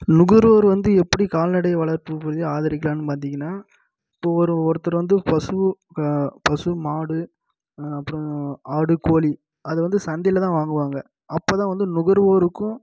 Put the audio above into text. நுகர்வோர் வந்து எப்படி கால்நடை வளர்ப்பு பற்றி ஆதரிக்கிலாம் பார்த்திங்கன்னா இப்போ ஒரு ஒருத்தர் வந்து பசு பசு மாடு அப்பறம் ஆடு கோழி அது வந்து சந்தையில்தான் வாங்குவாங்க அப்போதான் வந்து நுகர்வோருக்கும்